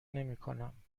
نمیکنم